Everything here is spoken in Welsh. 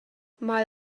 mae